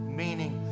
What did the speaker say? meaning